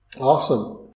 Awesome